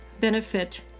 benefit